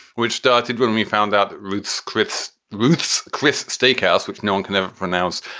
which started when we found out that ruth's chris ruth's chris steakhouse, which no one can ever pronounce,